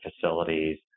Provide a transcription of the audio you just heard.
facilities